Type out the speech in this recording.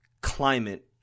climate